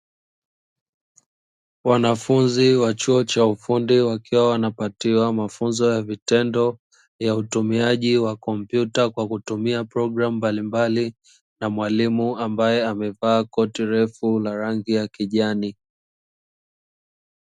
Wanafunzi wa chuo cha ufundi wakiwa wanapatiwa mafunzo ya vitendo ya utumiaji wa kompyuta kwa kutumia program mbalimbali na mwalimu ambaye amevaa koti refu la rangi ya kijani.